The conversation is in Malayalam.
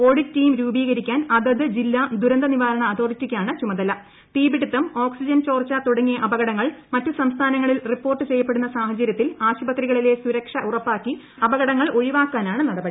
ഓഡിറ്റ് ടീം രൂപീകരിക്കാൻ ൃഅത്ത് ജില്ലാ ദുരന്തനിവാരണ അതോറിറ്റിക്കാണ് ചുമതല്ക്ത്രീപ്പിടിത്തം ഓക്സിജൻ ചോർച്ച തുടങ്ങിയ് അപകടങ്ങൾ മറ്റു സംസ്ഥാനങ്ങളിൽ റിപ്പോർട്ടു ചെയ്യപ്പെടുന്ന സാഹചര്യത്തിൽ ആശുപത്രികളിലെ സുരക്ഷ ഉറപ്പാക്കി അപകടങ്ങൾ ങ്ഗീവാക്കാനാണ് നടപടി